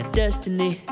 destiny